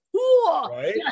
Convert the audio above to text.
Right